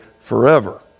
forever